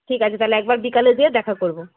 ঠিক আছে তাহলে একবার বিকালে গিয়ে দেখা করবো